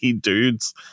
dudes